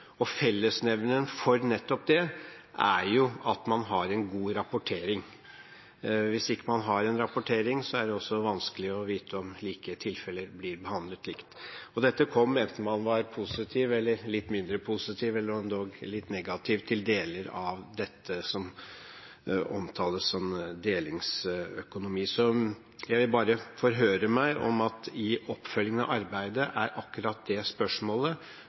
og fellesnevneren for det er at man har en god rapportering. Hvis man ikke har en rapportering, er det også vanskelig å vite om like tilfeller blir behandlet likt – og dette kom enten man var positiv, litt mindre positiv eller dog litt negativ til deler av dette som omtales som delingsøkonomi. Så jeg bare forhører meg om at i oppfølgingen av arbeidet er akkurat det spørsmålet,